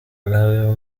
ayo